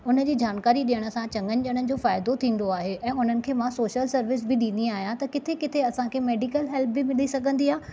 हुन जी जानकारी ॾियणु सां चंङनि ज॒णनि जो फ़ाइदो थींदो आहे ऐ हुननि खे मां सोशल सर्विस बि ॾींदी आहियां किथे किथे असांखे मेडिकल हेल्प बि मिली सघंदी आ